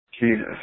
Jesus